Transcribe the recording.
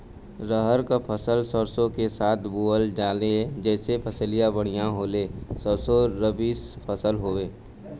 रहर क फसल सरसो के साथे बुवल जाले जैसे फसलिया बढ़िया होले सरसो रबीक फसल हवौ